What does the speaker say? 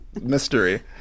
Mystery